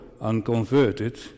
unconverted